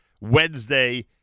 Wednesday